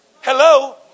Hello